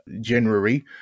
January